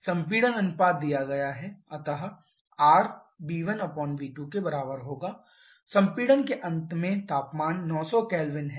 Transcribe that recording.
संपीड़न अनुपात दिया गया है अतः rv1v2 संपीड़न के अंत में तापमान 900 केल्विन है